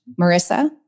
Marissa